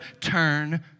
turn